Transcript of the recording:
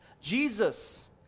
Jesus